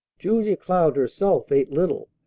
julia cloud herself ate little.